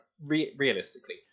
realistically